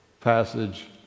passage